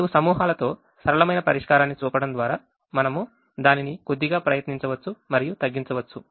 4 సమూహాలతో సరళమైన పరిష్కారాన్ని చూపడం ద్వారా మనము దానిని కొద్దిగా ప్రయత్నించవచ్చు మరియు తగ్గించవచ్చు